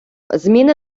зміни